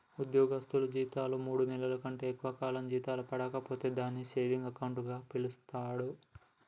ఉద్యోగస్తులు జీతాలు మూడు నెలల కంటే ఎక్కువ కాలం జీతాలు పడక పోతే దాన్ని సేవింగ్ అకౌంట్ గా పిలుస్తాండ్రు